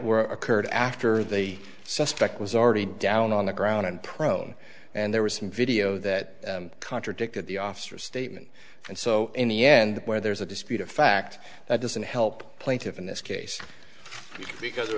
were occurred after the suspect was already down on the ground and prone and there was some video that contradicted the officer statement and so in the end where there's a dispute of fact that doesn't help plaintiffs in this case because there